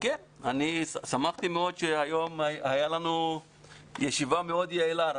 שמחתי מאוד שהיום הייתה לנו ישיבה מאוד יעילה.